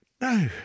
No